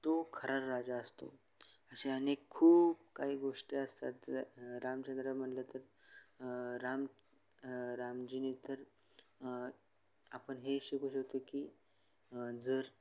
तो खरार राजा असतो असे अनेक खूप काही गोष्टी असतात रामचंद्र म्हणलं तर राम रामजीने तर आपण हे शिकू शकतो की जर